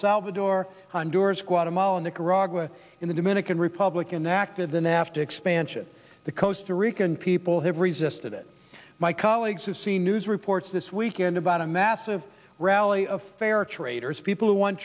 salvador honduras guatemala nicaragua in the dominican republic and the act of the nafta expansion the coastal rican people have resisted it my colleagues have seen news reports this weekend about a massive rally of fair traders people who w